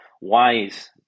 wise